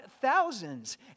thousands